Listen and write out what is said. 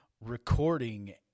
recording